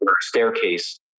staircase